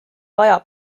vaja